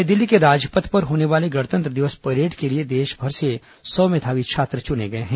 नई दिल्ली के राजपथ पर होने वाले गणतंत्र दिवस परेड के लिए देशभर से सौ मेधावी छात्र चुने गए हैं